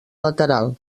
lateral